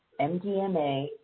MDMA